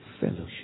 fellowship